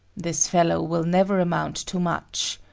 this fellow will never amount to much,